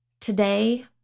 Today